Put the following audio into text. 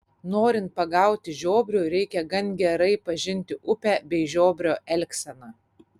norint pagauti žiobrių reikia gan gerai pažinti upę bei žiobrio elgseną